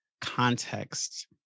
context